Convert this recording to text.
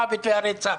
המוות והרצח,